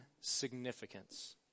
significance